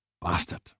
Bastard